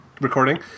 recording